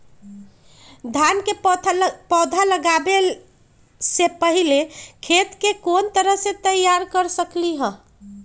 धान के पौधा लगाबे से पहिले खेत के कोन तरह से तैयार कर सकली ह?